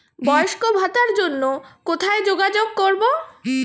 বয়স্ক ভাতার জন্য কোথায় যোগাযোগ করব?